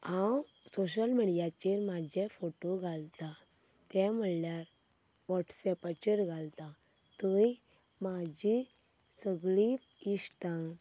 हांव सोशल मिडियाचेर म्हाजे फोटो घालतां ते म्हणल्यार वॉटसऍपाचेर घालता थंय म्हाजी सगळीं इश्टांक